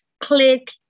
click